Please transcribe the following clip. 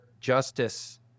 justice